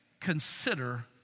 Consider